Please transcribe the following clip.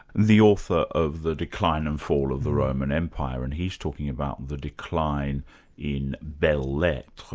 the author of the decline and fall of the roman empire, and he's talking about the decline in belles lettres,